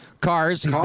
Cars